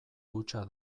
hutsa